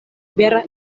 vera